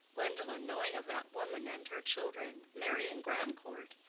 gwendolen knowing of that woman and her children, marrying grandcourt,